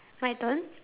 my turn